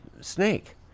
snake